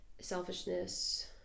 selfishness